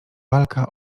walka